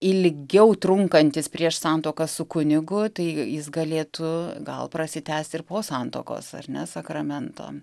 ilgiau trunkantis prieš santuoką su kunigu tai jis galėtų gal prasitęst ir po santuokos ar ne sakramento